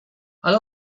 ale